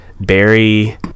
Barry